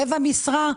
רבע משרה,